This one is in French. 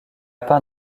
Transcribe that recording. peint